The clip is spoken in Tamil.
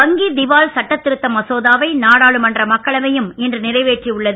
வங்கி திவால் சட்ட திருத்த மசோதாவை நாடாளுமன்ற மக்களவையும் இன்று நிறைவேற்றி உள்ளது